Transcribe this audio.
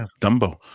Dumbo